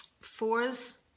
fours